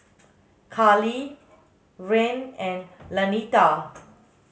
Karley Rahn and Lanita